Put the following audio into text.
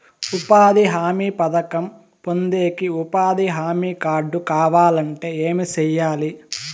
ఉపాధి హామీ పథకం పొందేకి ఉపాధి హామీ కార్డు కావాలంటే ఏమి సెయ్యాలి?